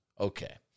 Okay